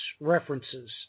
references